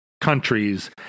countries